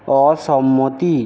অসম্মতি